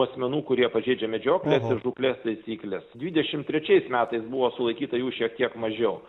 asmenų kurie pažeidžia medžioklės ir žūklės taisykles dvidešimt trečiais metais buvo sulaikyta jų šiek tiek mažiau